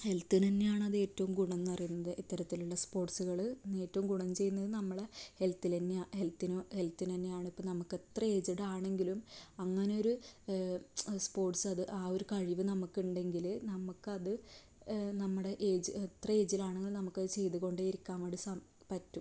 ഹെൽത്തിന് തന്നെയാണ് അതേറ്റവും ഗുണം എന്ന് പറയുന്നത് ഇത്തരത്തിലുള്ള സ്പോർട്സ്കൾ ഏറ്റവും ഗുണം ചെയ്യുന്നത് നമ്മള് ഹെൽത്തിന് തന്നെയാ ഹെൽത്തിന് ഹെൽത്തിന് തന്നെയാണ് ഇപ്പം നമുക്ക് എത്ര ഏജ്ഡ് ആണങ്കിലും അങ്ങനൊരു സ്പോർട്സ് അത് ആ ഒരു കഴിവ് നമുക്കുണ്ടെങ്കിൽ നമുക്കത് നമ്മുടെ ഏജ് എത്ര ഏജ്ഡ് ആണെങ്കിലും നമുക്കത് ചെയ്തു കൊണ്ടേ ഇരിക്കാൻ വേണ്ടി പറ്റും